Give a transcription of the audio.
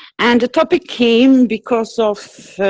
and the topic came because of